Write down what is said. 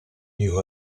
new